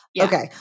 Okay